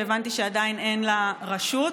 שהבנתי שעדיין אין לה ראשות,